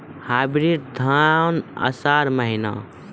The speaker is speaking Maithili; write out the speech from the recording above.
हाइब्रिड धान आषाढ़ महीना?